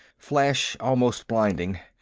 flash almost blinding.